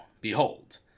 behold